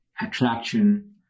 attraction